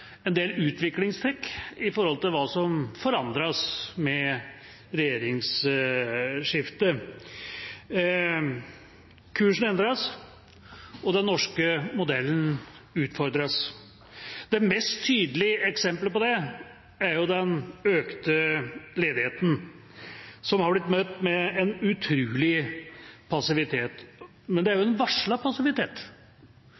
en del utviklingstrekk når det gjelder hva som forandres med regjeringsskiftet. Kursen endres, og den norske modellen utfordres. Det mest tydelige eksemplet på det er den økte ledigheten, som har blitt møtt med en utrolig passivitet. Men det er